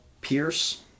Pierce